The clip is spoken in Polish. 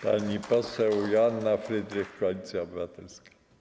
Pani poseł Joanna Frydrych, Koalicja Obywatelska.